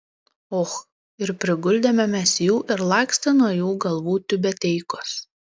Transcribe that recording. och ir priguldėme mes jų ir lakstė nuo jų galvų tiubeteikos